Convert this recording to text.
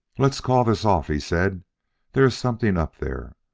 let's call this off, he said there is something up there.